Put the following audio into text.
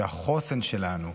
שהחוסן שלנו,